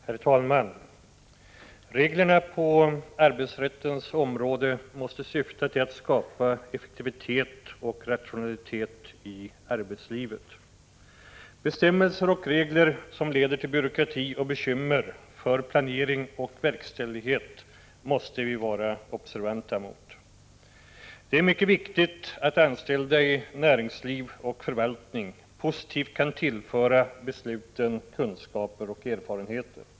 Herr talman! Reglerna på arbetsrättens område måste syfta till att skapa effektivitet och rationalitet i arbetslivet. Bestämmelser och regler som leder till byråkrati och bekymmer i planering och verkställighet måste vi vara observanta mot. Det är mycket viktigt att anställda i näringsliv och förvaltning positivt kan tillföra besluten kunskaper och erfarenheter.